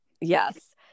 Yes